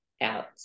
out